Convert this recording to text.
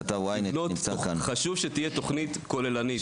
חשבו שתהיה תוכנית כוללנית.